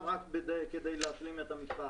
כדי להשלים את המשפט.